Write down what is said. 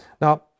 Now